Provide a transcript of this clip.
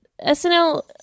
SNL